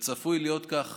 וצפוי להיות כך